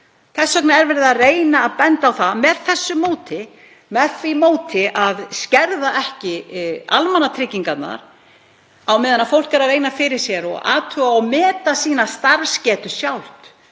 Þess vegna er verið að reyna að benda á að með þessu móti, með því móti að skerða ekki almannatryggingarnar á meðan fólk er að reyna fyrir sér og athuga og meta sína starfsgetu sjálft